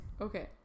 okay